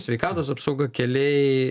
sveikatos apsauga keliai